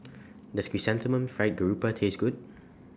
Does Chrysanthemum Fried Garoupa Taste Good